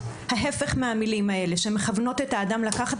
ההפך מהמילים האלו שמכוונות את האדם לקחת